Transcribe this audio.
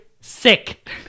sick